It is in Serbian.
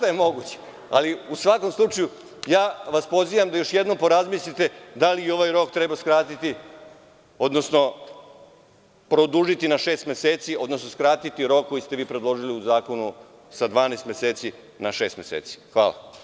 U svakom slučaju, pozivam vas da još jednom razmislite da li ovaj rok treba skratiti, odnosno produžiti na šest meseci, odnosno skratiti rok koji ste vi predložili u zakonu, sa 12 meseci na šest meseci.